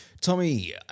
Tommy